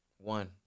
One